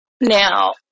Now